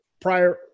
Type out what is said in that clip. prior